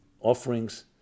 offerings